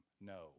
No